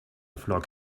flock